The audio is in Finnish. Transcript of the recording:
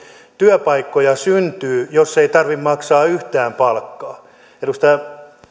työpaikkoja syntyy jos ei tarvitse maksaa yhtään palkkaa kun edustaja